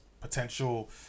potential